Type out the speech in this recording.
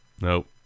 Nope